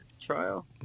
trial